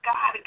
God